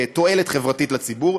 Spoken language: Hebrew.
תועלת חברתית לציבור.